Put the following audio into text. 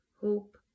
Hope